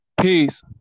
Peace